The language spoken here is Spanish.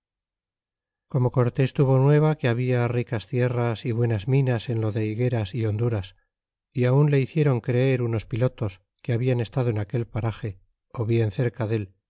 como cortés tuvo nueva que habla ricas tierras y buenas minas en lo de higueras é honduras é aun le hiciéron creer unos pilotos que habian estado en aquel parage ó bien cerca del